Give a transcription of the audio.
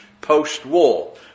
post-war